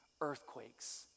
earthquakes